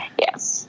Yes